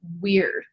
weird